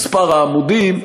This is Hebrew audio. מספר העמודים?